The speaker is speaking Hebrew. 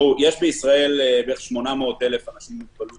יש בישראל בערך 800,000 אנשים עם מוגבלות